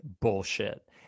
bullshit